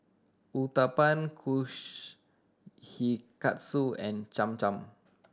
Uthapam Kushikatsu and Cham Cham